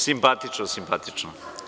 Simpatično, simpatično.